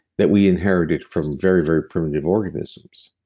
that we inherited from very, very primitive organisms.